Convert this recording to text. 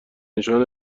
نشان